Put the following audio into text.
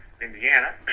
Indiana